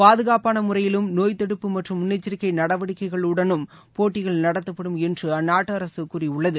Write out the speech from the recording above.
பாதுகாப்பாள முறையிலும் நோய்த் தடுப்பு மற்றும் முன்னெச்சரிக்கை நடவடிக்கைகளுடனும் போட்டிகள் நடத்தப்படும் என்று அந்நாட்டு அரசு கூறியுள்ளது